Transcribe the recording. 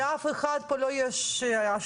כדי שלאף אחד פה לא יהיו אשליות,